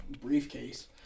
briefcase